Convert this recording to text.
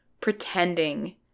pretending